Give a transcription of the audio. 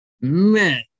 Man